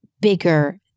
bigger